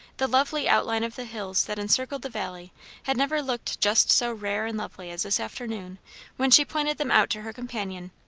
the lovely outline of the hills that encircled the valley had never looked just so rare and lovely as this afternoon when she pointed them out to her companion,